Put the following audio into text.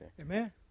Amen